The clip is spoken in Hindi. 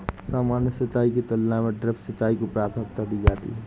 सामान्य सिंचाई की तुलना में ड्रिप सिंचाई को प्राथमिकता दी जाती है